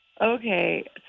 Okay